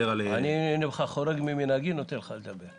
אני אומר לך שאני חורג ממנהגי ונותן לך לדבר.